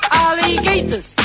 alligators